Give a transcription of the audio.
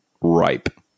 Ripe